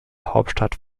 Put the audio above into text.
hauptstadt